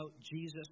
Jesus